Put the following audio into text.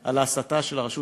על ההסתה של הרשות